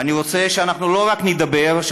ואני רוצה שאנחנו לא רק נדבר,